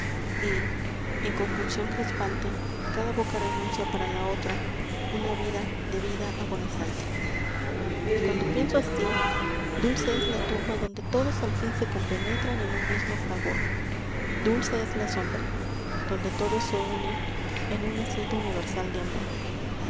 y en conjunción crispante cada boca renuncia para la otra una vida de vida agonizante y cuamlo pienso así dulce es la tumba donde todos al fin se compenetran en un mismo fragor dulce es la sombra donde todos se unen en una cita universal de amor